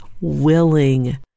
willing